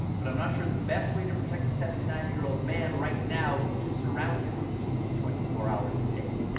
but i'm not sure the best way to protect a seventy nine year old man right now is to surround him with people twenty four hours a day.